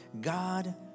God